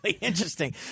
interesting